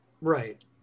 Right